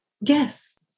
Yes